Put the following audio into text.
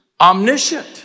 omniscient